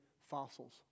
fossils